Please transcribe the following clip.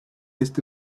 este